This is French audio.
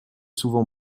souvent